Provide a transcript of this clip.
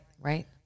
right